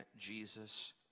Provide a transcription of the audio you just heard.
Jesus